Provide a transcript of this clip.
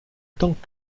temps